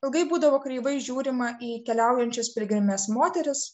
ilgai būdavo kreivai žiūrima į keliaujančias piligrimes moteris